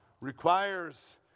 requires